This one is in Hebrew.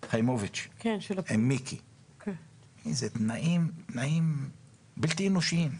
מיקי חיימוביץ, תנאים בלתי אנושיים.